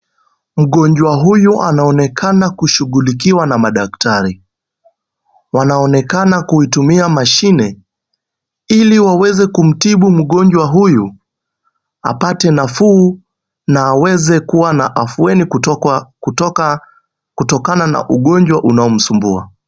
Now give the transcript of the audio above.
Mgonjwa huyu anaonekana kushughulikiwa na madaktari. Wanaonekana kuitumia mashine ili waweze kumtibu mgonjwa huyu apate nafuu na aweze kuwa na afueni kutokwa, kutoka, kutokana na ugonjwa unaomsumbua.